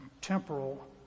temporal